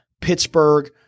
pittsburgh